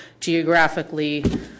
geographically